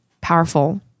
powerful